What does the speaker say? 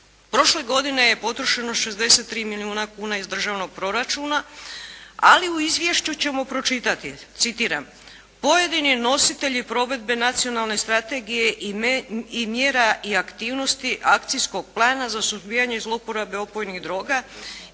Prošle godine je potrošeno 63 milijuna kuna iz državnog proračuna, ali u izvješću ćemo pročitati, citiram: "Pojedini nositelji provedbe nacionalne strategije i mjera i aktivnosti Akcijskog plana za suzbijanje zloporabe opojnih droga